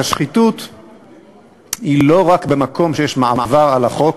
השחיתות היא לא רק במקום שיש מעבר על החוק.